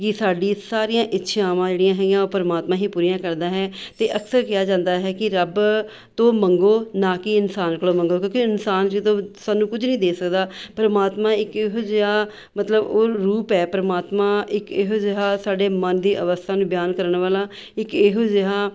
ਕਿ ਸਾਡੀ ਸਾਰੀਆਂ ਇੱਛਾਵਾਂ ਜਿਹੜੀਆਂ ਹੈਗੀਆਂ ਉਹ ਪਰਮਾਤਮਾ ਹੀ ਪੂਰੀਆਂ ਕਰਦਾ ਹੈ ਅਤੇ ਅਕਸਰ ਕਿਹਾ ਜਾਂਦਾ ਹੈ ਕਿ ਰੱਬ ਤੋਂ ਮੰਗੋ ਨਾ ਕਿ ਇਨਸਾਨ ਕੋਲੋਂ ਮੰਗੋ ਕਿਉਂਕਿ ਇਨਸਾਨ ਜਦੋਂ ਸਾਨੂੰ ਕੁਝ ਨਹੀਂ ਦੇ ਸਕਦਾ ਪਰਮਾਤਮਾ ਇੱਕ ਇਹੋ ਜਿਹਾ ਮਤਲਬ ਉਹ ਰੂਪ ਹੈ ਪਰਮਾਤਮਾ ਇੱਕ ਇਹੋ ਜਿਹਾ ਸਾਡੇ ਮਨ ਦੀ ਅਵਸਥਾ ਨੂੰ ਬਿਆਨ ਕਰਨ ਵਾਲਾ ਇੱਕ ਇਹੋ ਜਿਹਾ